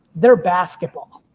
they're basketball.